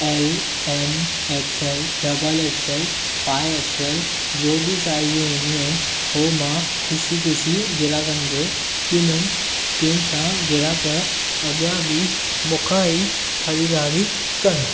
M L X L double X L five X L जो बि साइज़ूं जी ईंदियूं आहिनि हो मां ख़ुशी ख़ुशी ग्राहकनि खे ॾींदुमि जंहिं सां ग्राहक अॻियां बि मूंखां ई ख़रीदारी कनि